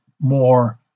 more